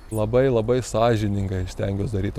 labai labai sąžiningai aš stengiuos daryt